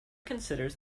considers